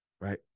right